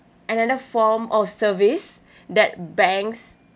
another form of service that banks